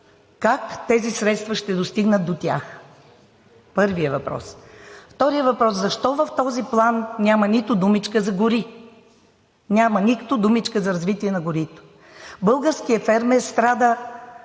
как тези средства ще достигнат до тях? Първият въпрос. Вторият въпрос: защо в този план няма нито думичка за гори? Няма нито думичка за развитие на горите! Българският фермер страда